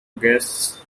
guests